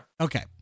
okay